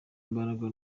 imbaraga